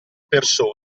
persona